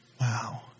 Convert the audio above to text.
Wow